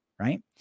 right